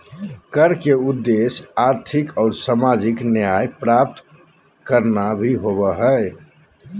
कर के उद्देश्य आर्थिक और सामाजिक न्याय प्राप्त करना भी होबो हइ